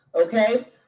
Okay